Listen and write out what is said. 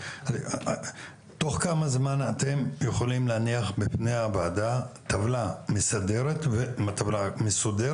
תוך כמה זמן אתם יכולים להניח בפני הוועדה טבלה מסדרת ומסודרת,